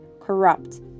corrupt